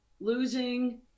losing